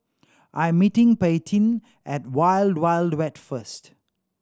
I am meeting Paityn at Wild Wild Wet first